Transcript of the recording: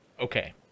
Okay